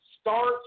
start